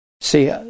See